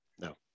No